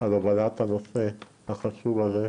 על הובלת הנושא החשוב הזה,